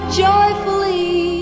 joyfully